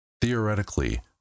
Theoretically